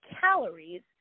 calories